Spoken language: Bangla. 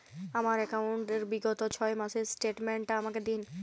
আমার অ্যাকাউন্ট র বিগত ছয় মাসের স্টেটমেন্ট টা আমাকে দিন?